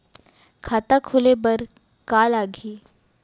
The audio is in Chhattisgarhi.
खाता खोले बार का का लागही?